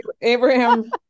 Abraham